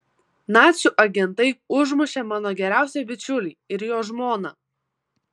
nacių agentai užmušė mano geriausią bičiulį ir jo žmoną